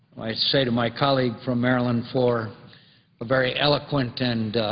i say to my colleague from maryland, for a very eloquent and,